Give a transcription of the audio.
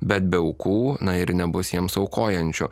bet be aukų na ir nebus jiems aukojančių